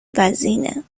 وزینه